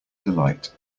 delight